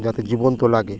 যাতে জীবন্ত লাগে